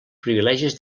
privilegis